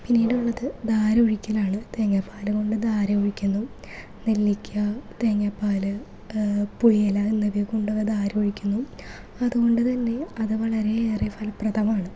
പിന്നീടുള്ളത് ധാര ഉഴിക്കലാണ് തേങ്ങാപാല് കൊണ്ട് ധാര ഉഴിക്കുന്നു നെല്ലിക്ക തേങ്ങാപാല് പുളിയില എന്നിവ കൊണ്ടുവന്ന് ധാര ഉഴിക്കുന്നു അതുകൊണ്ട്തന്നെ അത് വളരെ ഏറെ ഫലപ്രദമാണ്